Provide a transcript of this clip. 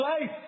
life